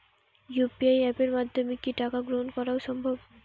UPI অ্যাপের মাধ্যমে কি টাকা গ্রহণ করাও সম্ভব?